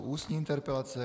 Ústní interpelace